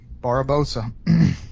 Barabosa